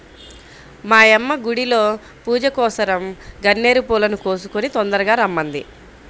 మా యమ్మ గుడిలో పూజకోసరం గన్నేరు పూలను కోసుకొని తొందరగా రమ్మంది